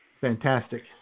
Fantastic